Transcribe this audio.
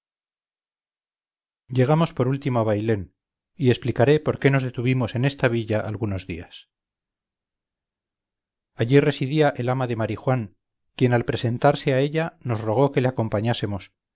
llegamos por último a bailén y explicaré por qué nos detuvimos en esta villa algunos días allí residía el ama de marijuán quien al presentarse a ella nosrogó que le